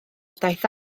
daeth